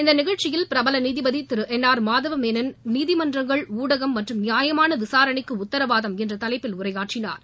இந்த நிகழ்ச்சியில் பிரபல நீதிபதி திரு என்ஆர் மாதவ மேணன் நீதிமன்றங்கள் ஊடகம் மற்றும் நியாயமான விசாரணைக்கு உத்திரவாதம் என்ற தலைப்பில் உரையாற்றினாா்